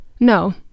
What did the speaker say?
No